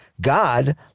God